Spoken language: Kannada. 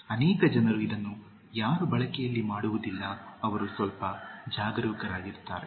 ಅನೇಕ ಜನರು ಇದನ್ನು ಯಾರು ಬಳಕೆಯಲ್ಲಿ ಮಾಡುವುದಿಲ್ಲ ಅವರು ಸ್ವಲ್ಪ ಜಾಗರೂಕರಾಗಿರುತ್ತಾರೆ